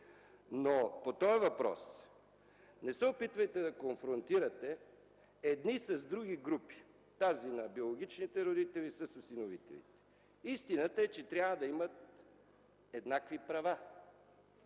По този въпрос: не се опитвайте да конфронтирате едни с други групи – тази на биологичните родители с осиновителите. Истината е, че трябва да имат еднакви права.